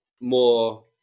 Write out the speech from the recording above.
more